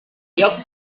lloc